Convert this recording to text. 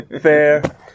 fair